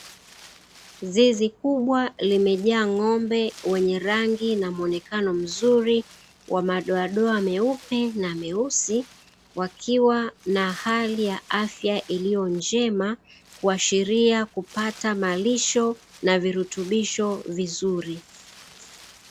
Zizi kubwa limejaa ng’ombe wenye rangi na muonekano mzuri wa madoadoa meupe na meusi, wakiwa na hali ya afya iliyonjema kuashiria kupata malisho na virutubisho vizuri.